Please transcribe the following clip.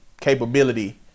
capability